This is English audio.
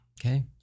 Okay